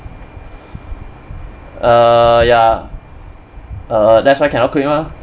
err ya err that's why cannot claim ah